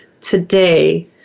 today